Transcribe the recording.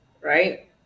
right